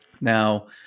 Now